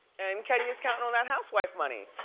and kenya's counting on that housewife money.